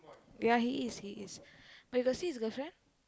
ya he is he is but you got see his girlfriend